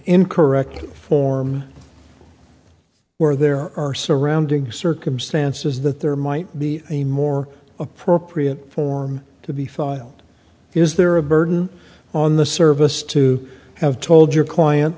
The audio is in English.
incorrect form were there are surrounding circumstances that there might be a more appropriate form to be filed is there a burden on the service to have told your client